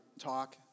talk